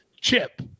Chip